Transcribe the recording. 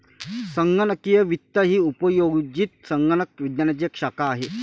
संगणकीय वित्त ही उपयोजित संगणक विज्ञानाची एक शाखा आहे